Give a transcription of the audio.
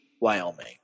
Wyoming